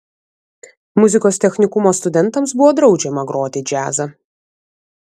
muzikos technikumo studentams buvo draudžiama groti džiazą